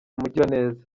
mugiraneza